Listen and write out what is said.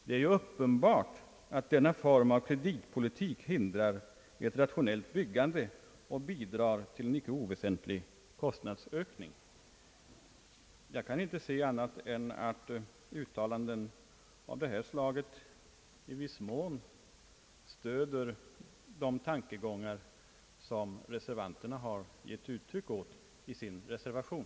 Det är ju uppenbart att denna form av kreditpolitik hindrar ett rationellt byggande och bidrar till en icke oväsentlig kostnadsökning.» Jag kan icke finna annat än att uttalanden av detta slag i viss mån stöder de tankegångar som reservanterna givit uttryck åt i sin reservation.